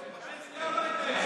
הייתה עסקה או לא הייתה עסקה?